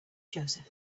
joseph